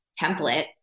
templates